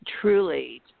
truly